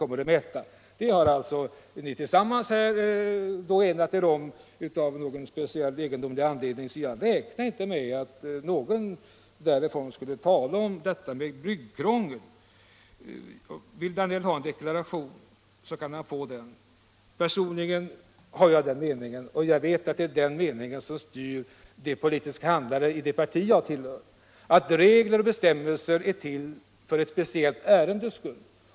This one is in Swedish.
Ni, på borgerligt håll har här av någon speciell och egendomlig anledning enat er om detta, och jag räknade inte med att någon som var med om att fatta det beslutet skulle tala om byggkrångel. Vill herr Danell ha en deklaration kan han få den: Personligen har jag den meningen —- och jag vet att det är den meningen som styr det politiska handlandet i det parti jag tillhör — att regler och bestämmelser är till för ett speciellt ändamåls skull.